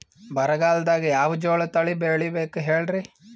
ಬರಗಾಲದಾಗ್ ಯಾವ ಜೋಳ ತಳಿ ಬೆಳಿಬೇಕ ಹೇಳ್ರಿ?